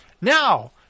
Now